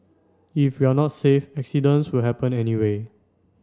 if you're not safe accidents will happen anyway